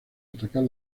atacar